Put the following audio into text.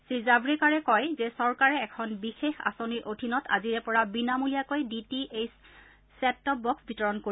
শ্ৰীজাত্ৰেকাৰে কয় যে চৰকাৰে এখন বিশেষ আঁচনিৰ অধীনত আজিৰে পৰা বিনামূলীয়াকৈ D T H set top box বিতৰণ কৰিব